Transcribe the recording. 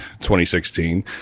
2016